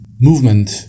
movement